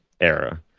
era